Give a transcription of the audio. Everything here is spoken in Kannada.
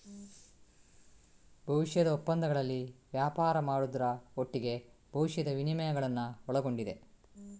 ಭವಿಷ್ಯದ ಒಪ್ಪಂದಗಳಲ್ಲಿ ವ್ಯಾಪಾರ ಮಾಡುದ್ರ ಒಟ್ಟಿಗೆ ಭವಿಷ್ಯದ ವಿನಿಮಯಗಳನ್ನ ಒಳಗೊಂಡಿದೆ